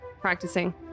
practicing